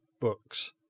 books